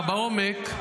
בעומק,